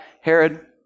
Herod